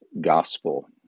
gospel